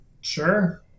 Sure